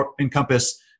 encompass